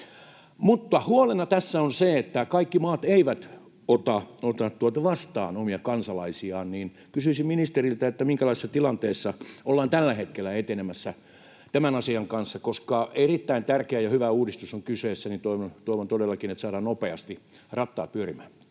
Mutta huolena tässä on se, että kaikki maat eivät ota vastaan omia kansalaisiaan. Kysyisin ministeriltä: minkälaisessa tilanteessa ollaan tällä hetkellä etenemässä tämän asian kanssa? Koska erittäin tärkeä ja hyvä uudistus on kyseessä, niin toivon todellakin, että saadaan nopeasti rattaat pyörimään.